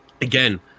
Again